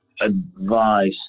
advice